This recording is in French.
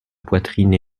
poitrine